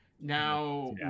Now